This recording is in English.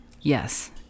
yes